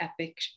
epic